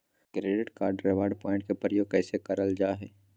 Credit card reward point के प्रयोग कैसे करल जा है?